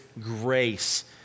grace